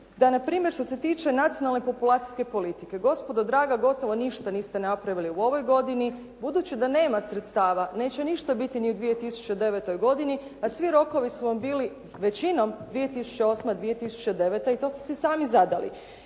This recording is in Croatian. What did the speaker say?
da na primjer što se tiče nacionalne populacijske politike gospodo draga gotovo ništa niste napravili u ovoj godini. Budući da nema sredstava neće ništa biti ni u 2009. godini a svi rokovi su vam bili većinom 2008., 2009. i to ste si sami zadali.